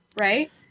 Right